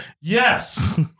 yes